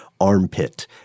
armpit